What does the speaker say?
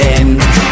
end